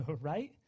right